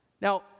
Now